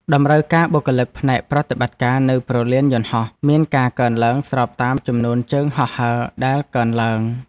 តម្រូវការបុគ្គលិកផ្នែកប្រតិបត្តិការនៅព្រលានយន្តហោះមានការកើនឡើងស្របតាមចំនួនជើងហោះហើរដែលកើនឡើង។